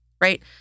right